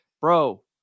bro